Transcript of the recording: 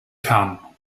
kern